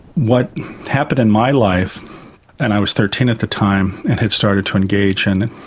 what happened in my life and i was thirteen at the time and had started to engage in.